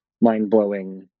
mind-blowing